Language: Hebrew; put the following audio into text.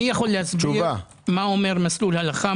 מי יכול להסביר מה אומר מסלול הלכה,